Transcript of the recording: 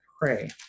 pray